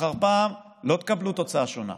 אחר פעם, לא תקבלו תוצאה שונה.